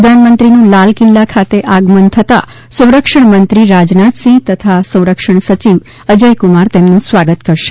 પ્રધાનમંત્રીનું લાલકિલ્લા ખાતે આગમન થતાં સંરક્ષણમંત્રી રાજનાથસીંહ તથા સંરક્ષણ સયિવ અજયકુમાર તેમનું સ્વાગત કરશે